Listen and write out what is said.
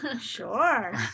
Sure